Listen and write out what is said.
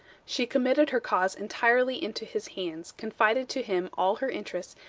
she committed her cause entirely into his hands, confided to him all her interests,